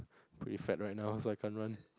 pretty fat right now so I can't run